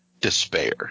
despair